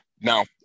Now